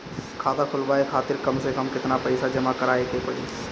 खाता खुलवाये खातिर कम से कम केतना पईसा जमा काराये के पड़ी?